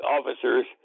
officers